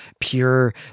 pure